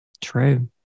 true